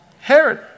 Herod